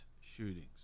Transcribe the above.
shootings